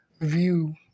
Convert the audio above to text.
view